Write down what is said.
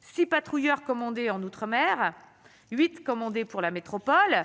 6 patrouilleurs commandé en Outre-mer 8 commandée pour la métropole